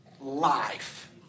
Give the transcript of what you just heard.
life